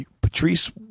Patrice